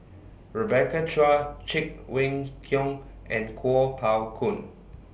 Rebecca Chua Cheng Wei Keung and Kuo Pao Kun